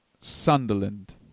Sunderland